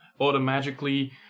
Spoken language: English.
automatically